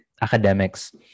academics